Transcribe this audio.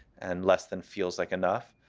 and less than feels like enough.